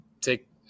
take